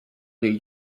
new